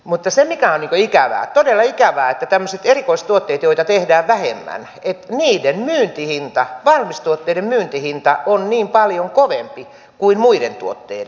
mutta se mikä on ikävää todella ikävää on se että tämmöisten erikoistuotteiden joita tehdään vähemmän myyntihinta valmistuotteiden myyntihinta on niin paljon kovempi kuin muiden tuotteiden